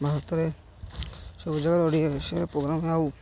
ଭାରତରେ ସବୁ ଜାଗାରେ ଓଡ଼ିଆ ବିଷୟରେ ପ୍ରୋଗ୍ରାମ୍ ହୁଅ ଆଉ